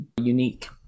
unique